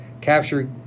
captured